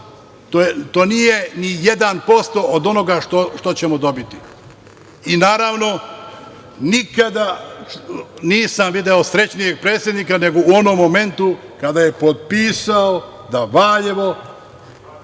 ni jedan posto od onoga što ćemo dobiti. Naravno, nikada nisam video srećnijeg predsednika, nego u onom momentu kada je potpisao da Valjevo